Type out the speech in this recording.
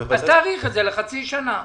אז תאריך את זה לחצי שנה.